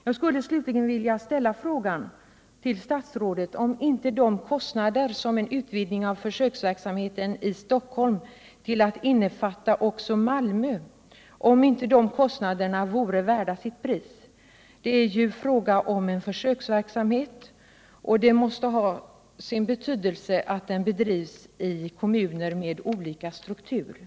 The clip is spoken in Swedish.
Jag skulle slutligen vilja fråga statsrådet om inte en utvidgning av försöksverksamheten i Stockholm till att omfatta också Malmö vore värd sitt pris. Det är ju fråga om en försöksverksamhet, och det måste ha sin betydelse att den bedrivs i kommuner med olika strukturer.